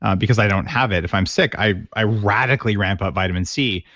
ah because i don't have it. if i'm sick, i i radically ramp up vitamin c.